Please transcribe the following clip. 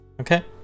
Okay